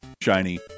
shiny